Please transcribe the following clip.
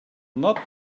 not